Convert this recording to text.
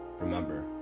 Remember